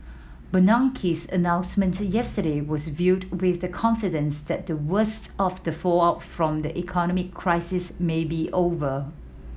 Bernanke's announcement yesterday was viewed with confidence that the worst of the fallout from the economic crisis may be over